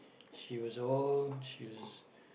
she was old she was